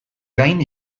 gain